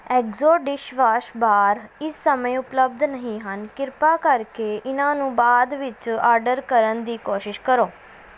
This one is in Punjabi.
ਐਗਸੋ ਡਿਸ਼ਵਾਸ਼ ਬਾਰ ਇਸ ਸਮੇਂ ਉਪਲੱਬਧ ਨਹੀਂ ਹਨ ਕ੍ਰਿਪਾ ਕਰਕੇ ਇਹਨਾਂ ਨੂੰ ਬਾਅਦ ਵਿੱਚ ਆਰਡਰ ਕਰਨ ਦੀ ਕੋਸ਼ਿਸ਼ ਕਰੋ